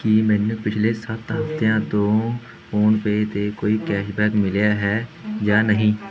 ਕੀ ਮੈਨੂੰ ਪਿਛਲੇ ਸੱਤ ਹਫ਼ਤਿਆਂ ਤੋਂ ਫੋਨਪੇ 'ਤੇ ਕੋਈ ਕੈਸ਼ਬੈਕ ਮਿਲਿਆ ਹੈ ਜਾਂ ਨਹੀਂ